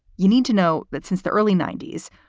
you need to know that since the early ninety s,